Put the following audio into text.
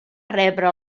rebre